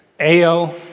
Ao